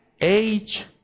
age